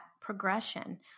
progression